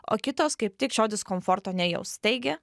o kitos kaip tik šio diskomforto nejaus taigi